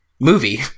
movie